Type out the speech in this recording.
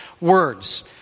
words